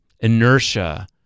inertia